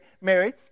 Mary